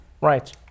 Right